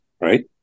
right